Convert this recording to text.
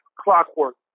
clockwork